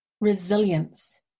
Resilience